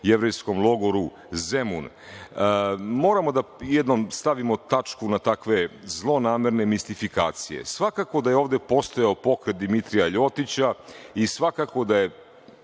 Jevrejskom logoru Zemun. Moramo jednom da stavimo tačku na takve zlonamerne mistifikacije. Svakako da je ovde postojao pokret Dimitrija Ljotića, i svakako, da je